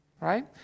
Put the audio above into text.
right